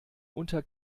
unter